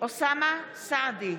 אוסאמה סעדי,